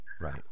Right